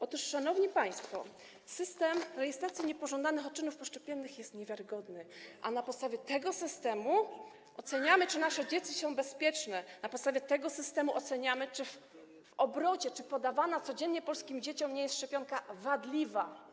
Otóż, szanowni państwo, system rejestracji niepożądanych odczynów poszczepiennych jest niewiarygodny, a na podstawie tego systemu oceniamy, czy nasze dzieci są bezpieczne, na podstawie tego systemu oceniamy, czy w obrocie, czy podawana codziennie polskim dzieciom szczepionka nie jest wadliwa.